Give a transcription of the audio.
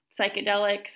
psychedelics